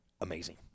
amazing